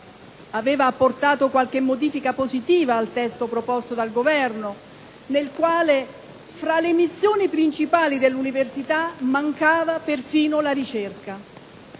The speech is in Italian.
aveva apportato qualche modifica positiva al testo proposto dal Governo, nel quale fra le missioni principali dell'università mancava perfino la ricerca.